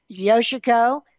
Yoshiko